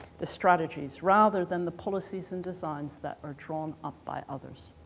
the strategies rather than the policies and designs that are drawn up by others.